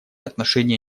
отношение